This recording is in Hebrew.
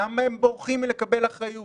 למה הם בורחים מלקבל אחריות